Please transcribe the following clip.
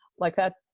like that,